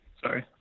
Sorry